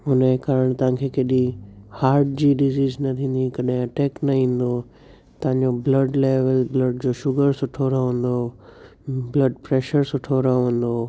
हुन जे कारणु तव्हांखे कॾीं हार्ट जी डिसीज़ न थींदी कॾहिं अटैक न ईंदो तव्हांजो ब्लड लेवल ब्लड जो शुगर सुठो रहंदो ब्लड प्रेशर सुठो रहंदो